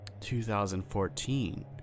2014